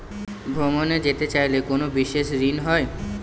ভ্রমণে যেতে চাইলে কোনো বিশেষ ঋণ হয়?